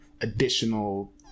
additional